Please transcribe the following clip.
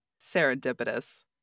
serendipitous